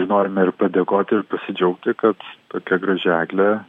norime ir padėkoti ir pasidžiaugti kad tokia graži eglė